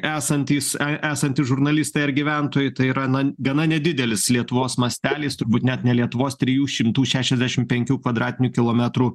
esantys e esantys žurnalistai ar gyventojai tai yra na gana nedidelis lietuvos masteliais turbūt net ne lietuvos trijų šimtų šešiasdešim penkių kvadratinių kilometrų